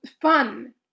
fun